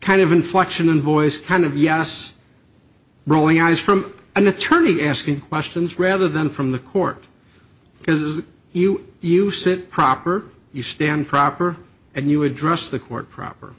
kind of inflection in voice kind of yes rolling eyes from an attorney asking questions rather than from the court because you use it proper you stand proper and you address the court proper